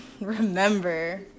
remember